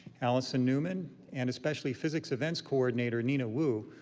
allison newman, and especially physics events coordinator nina wu,